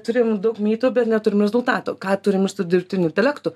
turim daug mytų bet neturim rezultato ką turim ir su dirbtiniu intelektu